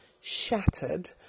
shattered